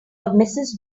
mrs